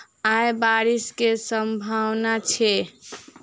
आय बारिश केँ सम्भावना छै?